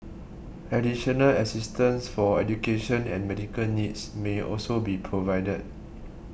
additional assistance for education and medical needs may also be provided